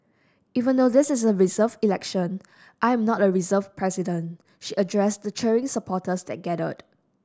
even though this is a reserved election I am not a reserved president she addressed the cheering supporters that gathered